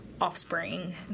offspring